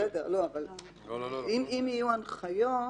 אם יהיו הנחיות,